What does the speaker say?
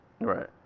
Right